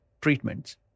treatments